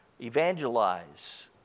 evangelize